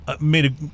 made